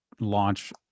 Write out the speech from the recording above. launch